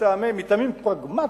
מטעמים פרגמטיים,